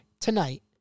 tonight